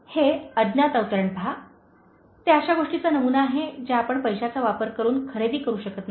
हे अज्ञात अवतरण पहा ते अशा गोष्टीचा नमुना आहे ज्या आपण पैशाचा वापर करुन खरेदी करू शकत नाही